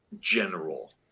general